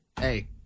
Hey